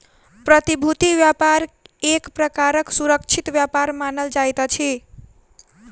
प्रतिभूति व्यापार एक प्रकारक सुरक्षित व्यापार मानल जाइत अछि